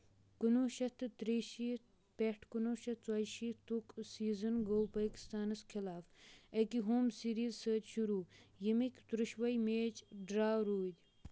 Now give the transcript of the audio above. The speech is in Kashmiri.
کُنہٕ وُہ شیٚتھ تہٕ تریہِ شیٖتھ پٮ۪ٹھ کُنہٕ وُہ شیٚتھ ژوٚیہِ شَیٖتھ تُک سیٖزن گوٚو پٲکِستانس خٕلاف اَکہِ ہوم سیٖریٖز سٕتۍ شُروٗع، ییٚمِکۍ ترٛیٚشوَے میچ ڈرٛا روٗدۍ